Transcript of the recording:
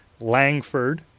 Langford